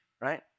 right